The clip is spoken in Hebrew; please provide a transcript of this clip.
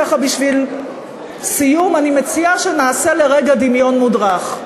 ככה בשביל סיום אני מציעה שנעשה לרגע דמיון מודרך.